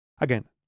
Again